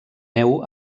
neu